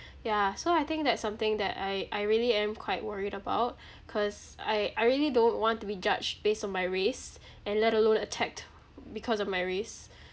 yeah so I think that's something that I I really am quite worried about cause I I really don't want to be judged based on my race and let alone attacked because of my race